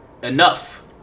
enough